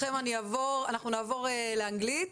אנחנו נעבור לאנגלית,